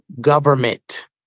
government